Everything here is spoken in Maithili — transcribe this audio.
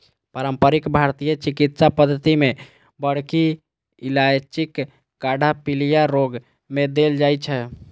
पारंपरिक भारतीय चिकित्सा पद्धति मे बड़की इलायचीक काढ़ा पीलिया रोग मे देल जाइ छै